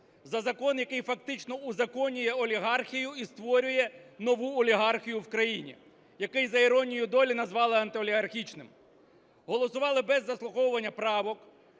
за закон, який фактично узаконює олігархію і створює нову олігархію в країні, який за іронією долі назвали антиолігархічним. Голосували без заслуховування правок,